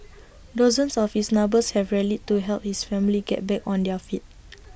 dozens of his neighbours have rallied to help his family get back on their feet